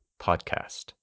podcast